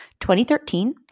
2013